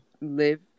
live